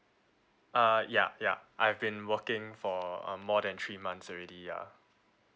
uh ya ya I have been working for uh more than three months already ya